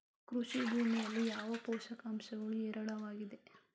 ಕೃಷಿ ಭೂಮಿಯಲ್ಲಿ ಯಾವ ಪೋಷಕಾಂಶಗಳು ಹೇರಳವಾಗಿವೆ?